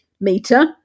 meter